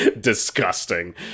disgusting